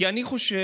כי אני חושב